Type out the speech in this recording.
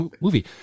movie